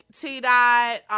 T-Dot